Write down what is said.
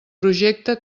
projecte